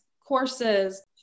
courses